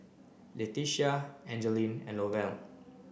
Letitia Angeline and Lovell